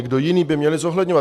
Kdo jiný by je měl zohledňovat?